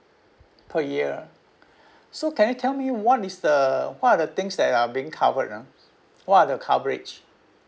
per year so can you tell me what is the what are the things that are being covered ah what are the coverage